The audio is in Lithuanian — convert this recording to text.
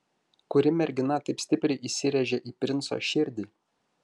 kuri mergina taip stipriai įsirėžė į princo širdį